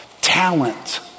talent